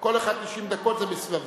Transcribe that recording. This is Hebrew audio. כל אחד 90 דקות זה בסבבים.